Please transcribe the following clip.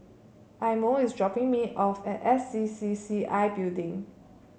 Imo is dropping me off at S C C C I Building